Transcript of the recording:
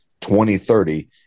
2030